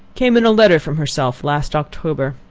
came in a letter from herself, last october.